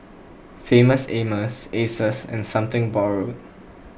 Famous Amos Asus and Something Borrowed